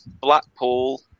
Blackpool